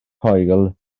coil